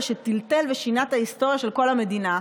שטלטל ושינה את ההיסטוריה של כל המדינה.